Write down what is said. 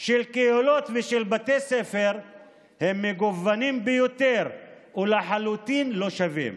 של קהילות ושל בתי ספר הם מגוונים ביותר ולחלוטין לא שווים.